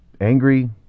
angry